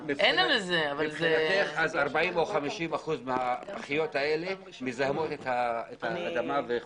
50-40 אחוזים מהפחיות האלה מזהמות את האדמה.